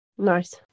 nice